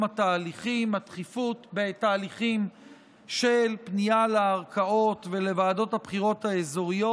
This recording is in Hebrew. התהליכים של פנייה לערכאות ולוועדות הבחירות האזוריות.